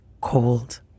cold